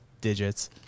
digits